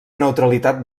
neutralitat